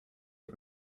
had